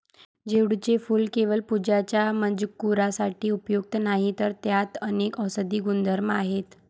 झेंडूचे फूल केवळ पूजेच्या मजकुरासाठी उपयुक्त नाही, तर त्यात अनेक औषधी गुणधर्म आहेत